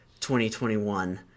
2021